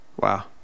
wow